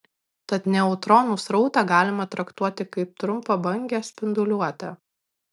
tad neutronų srautą galima traktuoti kaip trumpabangę spinduliuotę